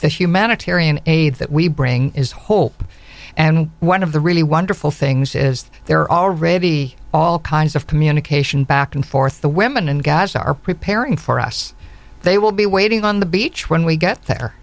the humanitarian aid that we bring is hope and one of the really wonderful things is that there are already all kinds of communication back and forth the women and guys are preparing for us they will be waiting on the beach when we get there